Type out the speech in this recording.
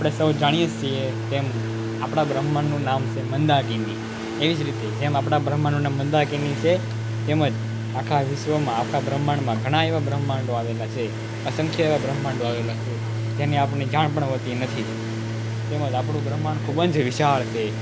આપણે સૌ જાણીએ છીએ તેમ આપણા બ્રહ્માંડનું નામ છે મંદાકિની એવી જ રીતે જેમ આપણા બ્રહ્માંડનું નામ મંદાકિની છે તેમ જ આખા વિશ્વમાં આખા બ્રહ્માંડમાં ઘણા એવા બ્રહ્માંડો આવેલા છે અસંખ્ય એવા બ્રહ્માંડો આવેલા છે જેની આપણને જાણ પણ હોતી નથી તેમ જ આપણું બ્રહ્માંડ ખૂબ જ વિશાળ છે